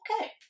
okay